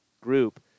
group